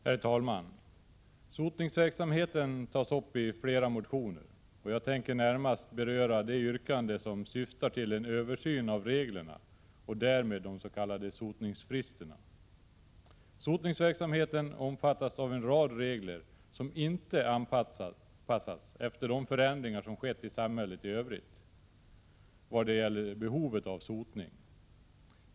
Herr talman! Sotningsverksamheten tas upp i flera motioner. Jag tänker närmast beröra de yrkanden som syftar till en översyn av reglerna och därmed också de s.k. sotningsfristerna. Sotningsverksamheten omfattas av en rad regler som inte anpassats efter de förändringar som skett i samhället i övrigt när det gäller behovet av sotning.